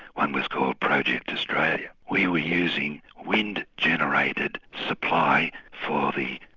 one was called project australia, we were using wind-generated supply for the